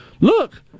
look